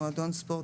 "מועדון ספורט",